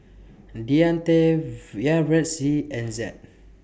Deante We Yaretzi and Zed